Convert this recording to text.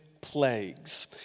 plagues